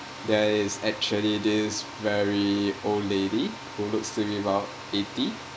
there is actually this very old lady who looks to be about eighty